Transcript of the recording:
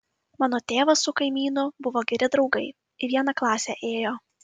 mano tėvas su kaimynu buvo geri draugai į vieną klasę ėjo